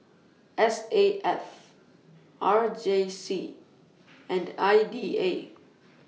S A F R J C and I D A